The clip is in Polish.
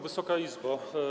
Wysoka Izbo!